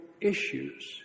issues